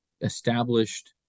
established